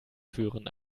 führen